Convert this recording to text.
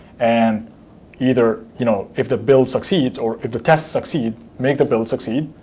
and either you know if the build succeeds or if the tests succeed, make the build succeed.